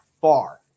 far